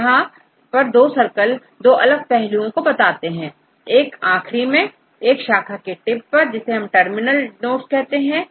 तो यहां पर दो सर्कल तो अलग पहलुओं को बताते हैं एक आखिरी में एक शाखा की टिप पर इसे टर्मिनल नोड्स कहते हैं